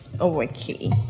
okay